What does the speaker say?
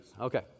Okay